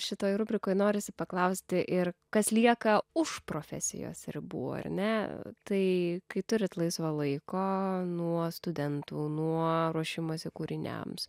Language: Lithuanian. šitoj rubrikoj norisi paklausti ir kas lieka už profesijos ribų ar ne tai kai turit laisvo laiko nuo studentų nuo ruošimosi kūriniams